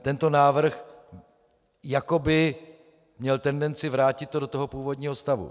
Tento návrh jako by měl tendenci vrátit to do původního stavu.